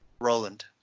Roland